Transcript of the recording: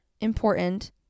important